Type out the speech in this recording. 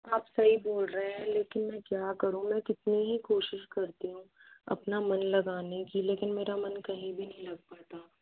आप सही बोल रहे हैं लेकिन मैं क्या करूँ मैं कितनी ही कोशिश करती हूँ अपना मन लगाने की लेकिन मेरा मन कहीं भी नहीं लग पाता